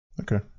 Okay